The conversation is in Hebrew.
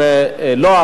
נתקבלה.